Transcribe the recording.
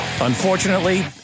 Unfortunately